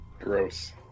Gross